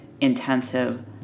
intensive